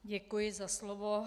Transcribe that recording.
Děkuji za slovo.